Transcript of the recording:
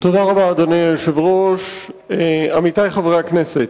אדוני היושב-ראש, תודה רבה, עמיתי חברי הכנסת,